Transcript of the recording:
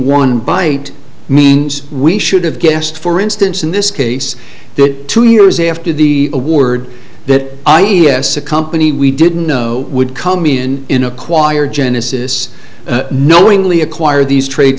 one bite means we should have guessed for instance in this case that two years after the award that i yes a company we didn't know would come in in a choir genesys knowingly acquire these trade